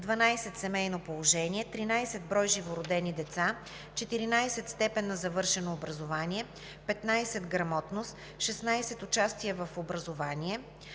12. семейно положение; 13. брой живородени деца; 14. степен на завършено образование; 15. грамотност; 16. участие в образование;